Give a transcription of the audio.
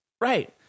Right